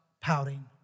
pouting